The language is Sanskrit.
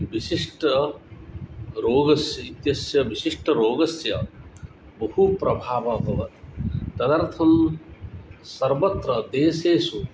विशिष्ट रोगस्य इत्यस्य विशिष्टरोगस्य बहु प्रभावः अभवत् तदर्थं सर्वत्र देशेषु